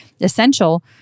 essential